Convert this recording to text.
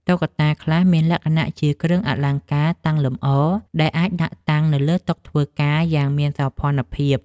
តុក្កតាខ្លះមានលក្ខណៈជា គ្រឿងអលង្ការតាំងលម្អ ដែលអាចដាក់តាំងនៅលើតុធ្វើការយ៉ាងមានសោភ័ណភាព។